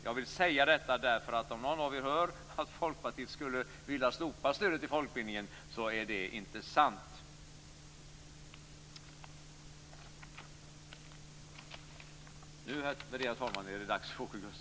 Jag vill säga detta därför att om någon av er hör att Folkpartiet skulle vilja slopa stödet till folkbildning så är det inte sant!